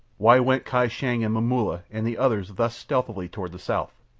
why went kai shang and momulla and the others thus stealthily toward the south?